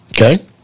Okay